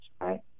right